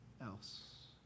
else